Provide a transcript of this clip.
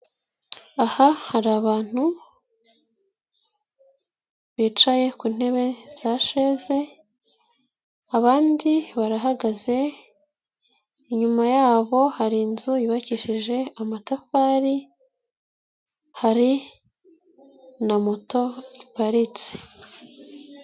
Aha hari abantu bicaye ku ntebe zasheze, abandi barahagaze, inyuma yabo hari inzu yubakishije amatafari, hari na moto ziparitse.